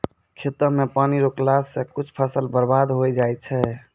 खेत मे पानी रुकला से कुछ फसल बर्बाद होय जाय छै